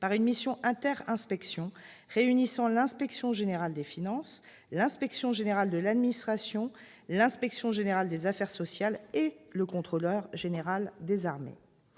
par une mission inter-inspections réunissant l'Inspection générale des finances, l'Inspection générale de l'administration, l'Inspection générale des affaires sociales et le contrôleur général des armées.